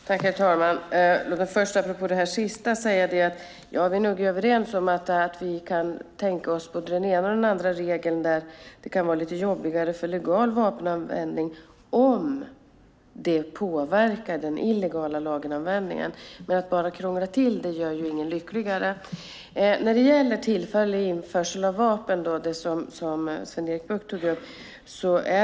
Herr talman! Låt mig apropå det senaste säga: Vi är nog överens om att vi kan tänka oss både den ena och den andra regeln som gör det lite jobbigare för legal användning - om det påverkar den illegala vapenanvändningen. Men att bara krångla till det hela gör ingen lyckligare. Tillfällig införsel av vapen tog Sven-Erik Bucht upp.